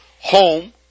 home